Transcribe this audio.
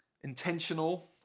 intentional